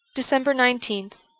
december nineteenth